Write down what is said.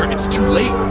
it's too late